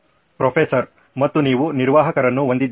professor ಮತ್ತು ನೀವು ನಿರ್ವಾಹಕರನ್ನು ಹೊಂದಿದ್ದೀರಾ